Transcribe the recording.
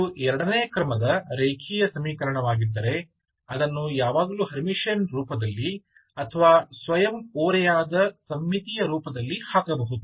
ಇದು ಎರಡನೇ ಕ್ರಮದ ರೇಖೀಯ ಸಮೀಕರಣವಾಗಿದ್ದರೆ ಅದನ್ನು ಯಾವಾಗಲೂ ಹರ್ಮಿಟಿಯನ್ ರೂಪದಲ್ಲಿ ಅಥವಾ ಸ್ವಯಂ ಓರೆಯಾದ ಸಮ್ಮಿತೀಯ ರೂಪದಲ್ಲಿ ಹಾಕಬಹುದು